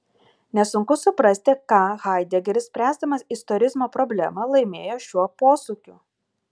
nesunku suprasti ką haidegeris spręsdamas istorizmo problemą laimėjo šiuo posūkiu